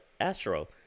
Astro